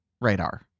radar